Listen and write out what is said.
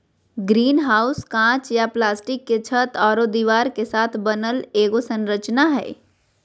greenhouse काँच या plastic के छत आरो दीवार के साथ बनल एगो संरचना हइ